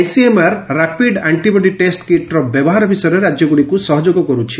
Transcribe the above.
ICMR rapid antibody test କିଟ୍ର ବ୍ୟବହାର ବିଷୟରେ ରାଜ୍ୟଗୁଡ଼ିକୁ ସହଯୋଗ କରୁଛି